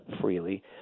freely